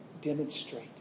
demonstrate